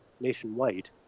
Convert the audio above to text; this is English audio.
nationwide